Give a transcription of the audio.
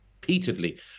repeatedly